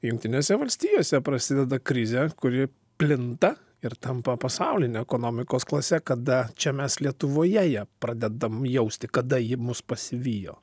jungtinėse valstijose prasideda krizė kuri plinta ir tampa pasauline ekonomikos klase kada čia mes lietuvoje ją pradedam jausti kada ji mus pasivijo